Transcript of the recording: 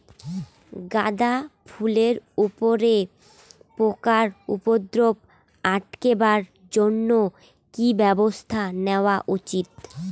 গাঁদা ফুলের উপরে পোকার উপদ্রব আটকেবার জইন্যে কি ব্যবস্থা নেওয়া উচিৎ?